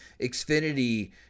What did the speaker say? Xfinity